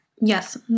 Yes